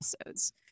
episodes